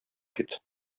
кит